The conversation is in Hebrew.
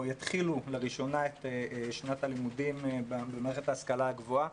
יתחילו לראשונה את שנת הלימודים במערכת ההשכלה הגבוהה,